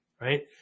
right